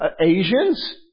Asians